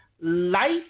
life